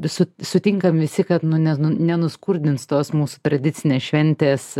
su sutinkam visi kad nu ne nenuskurdins tos mūsų tradicinės šventės